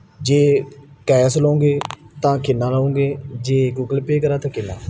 ਜੇ ਕੈਸ ਲਉਂਗੇ ਤਾਂ ਕਿੰਨਾ ਲਉਂਗੇ ਜੇ ਗੂਗਲ ਪੇ ਕਰਾਂ ਤਾਂ ਕਿੰਨਾ